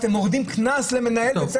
פתיחת מערכת החינוך זה פי אלף יותר.